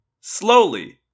slowly